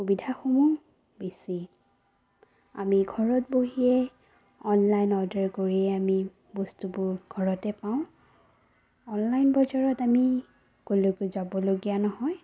সুবিধাসমূহ বেছি আমি ঘৰত বহিয়েই অনলাইন অৰ্ডাৰ কৰিয়েই আমি বস্তুবোৰ ঘৰতে পাওঁ অনলাইন বজাৰত আমি ক'লৈকো যাবলগীয়া নহয়